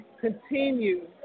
continue